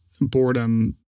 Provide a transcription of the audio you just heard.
boredom